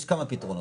יש כמה פתרונות.